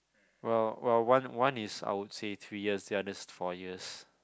well well one one is I would say three years the others four years